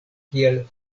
kiel